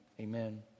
Amen